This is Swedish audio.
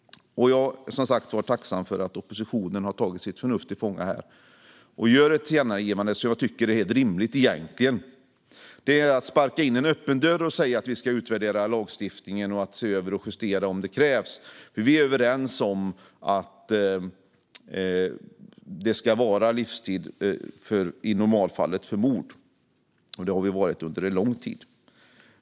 Jag är som sagt tacksam för att oppositionen har tagit sitt förnuft till fånga och gör ett tillkännagivande som jag egentligen tycker är helt rimligt. Det är att sparka in en öppen dörr att säga att vi ska utvärdera lagstiftningen och se över och justera om det krävs. Vi är överens om att det i normalfallet ska vara livstid för mord; det har vi varit under lång tid.